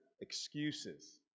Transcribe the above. excuses